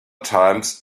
times